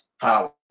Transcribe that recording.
power